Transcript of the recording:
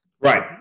Right